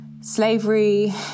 slavery